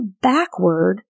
backward